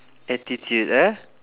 attitude ah